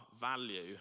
value